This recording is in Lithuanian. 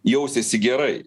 jausiesi gerai